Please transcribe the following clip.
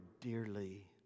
dearly